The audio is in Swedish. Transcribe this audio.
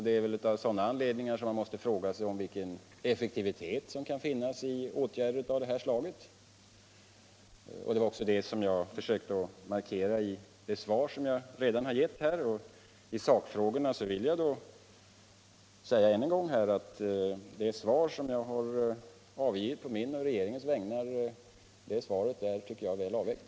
Det är väl med tanke på uppgifter av detta slag som man måste fråga sig vilken effektivitet som de efterfrågade åtgärderna kan ha. Det var också det som Jag försökte markera i det svar som jag redan givit. I sakfrågorna tycker jag fortfarande att det svar jag lämnat å mina och regeringens vägnar är väl avviägt.